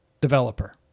developer